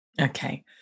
Okay